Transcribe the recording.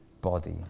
body